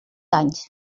anys